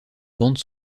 bande